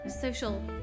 social